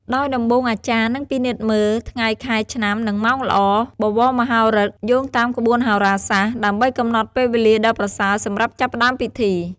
ដោយដំបូងអាចារ្យនឹងពិនិត្យមើល ថ្ងៃ ខែ ឆ្នាំ និងម៉ោងល្អ បវរមហាឫក្ស យោងតាមក្បួនហោរាសាស្ត្រ ដើម្បីកំណត់ពេលវេលាដ៏ប្រសើរសម្រាប់ចាប់ផ្តើមពិធី។